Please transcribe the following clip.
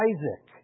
Isaac